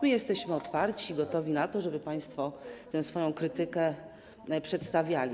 My jesteśmy otwarci, gotowi na to, żeby państwo tę swoją krytykę przedstawiali.